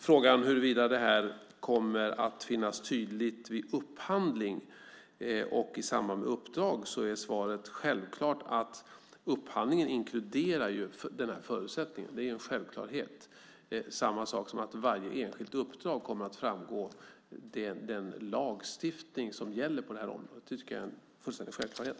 Frågan var huruvida det här kommer att finnas med tydligt vid upphandling och i samband med uppdrag. Svaret är självklart att upphandlingen inkluderar den här förutsättningen. Det är en självklarhet. Det är samma sak som att den lagstiftning som gäller på det här området kommer att framgå vid varje enskilt uppdrag. Det tycker jag är en fullständig självklarhet.